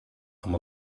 amb